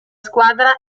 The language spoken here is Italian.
squadra